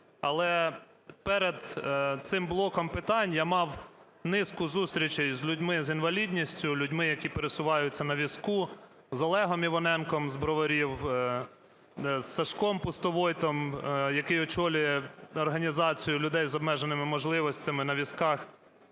Але перед цим блоком питань я мав низку зустрічей з людьми з інвалідністю, людьми, які пересуваються на візках, з Олегом Іваненком з Броварів, з Сашком Пустовойтом, який очолює організацію людей з обмеженими можливостями, на візках,